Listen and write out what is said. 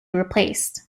replaced